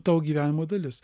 tavo gyvenimo dalis